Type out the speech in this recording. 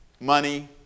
money